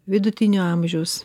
vidutinio amžiaus